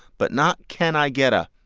but not can i get a.